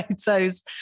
photos